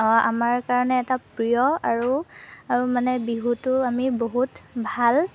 আমাৰ কাৰণে এটা প্ৰিয় আৰু আৰু মানে বিহুটো আমি বহুত ভাল